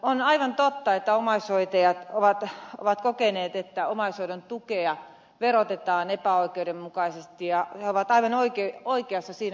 on aivan totta että omaishoitajat ovat kokeneet että omaishoidon tukea verotetaan epäoikeudenmukaisesti ja he ovat aivan oikeassa siinä